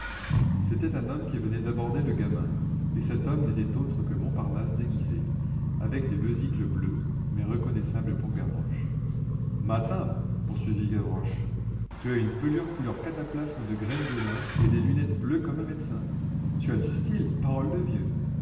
c'était un homme qui venait d'aborder le gamin et cet homme n'était autre que montparnasse déguisé avec des besicles bleues mais reconnaissable pour gavroche mâtin poursuivit gavroche tu as une pelure couleur cataplasme de graine de lin et des lunettes bleues comme un médecin tu as du style parole de vieux